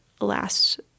last